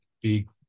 big